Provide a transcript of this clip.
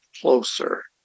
closer